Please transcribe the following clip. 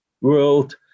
world